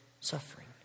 suffering